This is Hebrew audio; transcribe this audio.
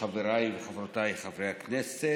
וחברותיי חברי הכנסת,